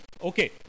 Okay